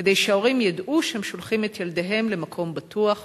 כדי שההורים ידעו שהם שולחים את ילדיהם למקום בטוח ומוגן?